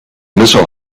missile